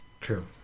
True